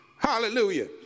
Hallelujah